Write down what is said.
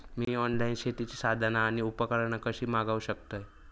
मी online शेतीची साधना आणि उपकरणा कशी मागव शकतय?